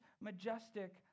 majestic